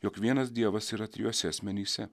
jog vienas dievas yra trijuose asmenyse